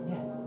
Yes